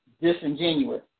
disingenuous